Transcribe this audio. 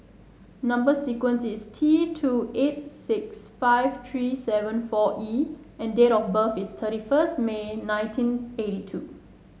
number sequence is T two eight six five three seven four E and date of birth is thirty first May nineteen eighty two